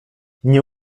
nie